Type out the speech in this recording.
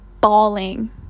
bawling